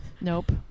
Nope